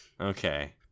Okay